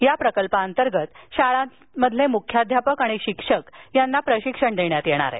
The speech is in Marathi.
या प्रकल्पांतर्गत शाळांतील मुख्याध्यापक शिक्षकांना प्रशिक्षण देण्यात येणार आहे